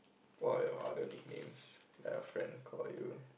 what are your other nicknames like your friend call you